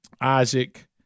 Isaac